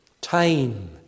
time